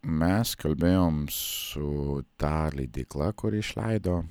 mes kalbėjom su ta leidykla kuri išleido